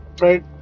right